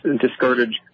discarded